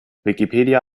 wikipedia